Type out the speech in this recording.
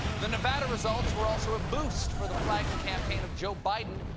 the nevada results were also a boost for the flagging campaign of joe biden,